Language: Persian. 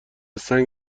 سنگ